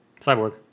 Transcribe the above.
Cyborg